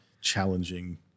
challenging